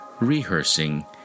rehearsing